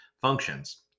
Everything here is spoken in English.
functions